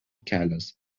kelias